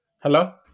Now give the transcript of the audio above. Hello